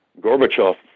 Gorbachev